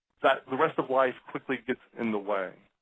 the rest of life quickly gets in the way.